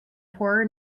poorer